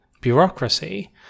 bureaucracy